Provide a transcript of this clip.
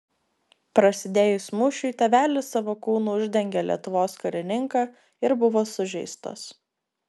prasidėjus mūšiui tėvelis savo kūnu uždengė lietuvos karininką ir buvo sužeistas